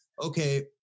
okay